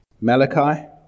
Malachi